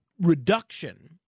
reduction